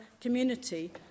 community